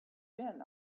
been